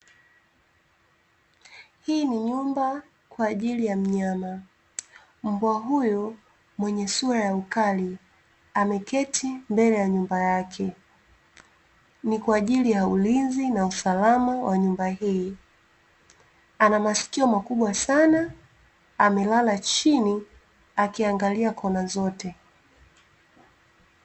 Hii ni nyumba kwa ajili ya mnyama, mbwa huyu mwenye sura ya ukali ameketi mbele ya nyumba yake, ni kwa ajili ya ulinzi na usalama wa nyumba hii, ana masikio makubwa sana amelala chini akiangalia kona zote .